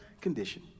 condition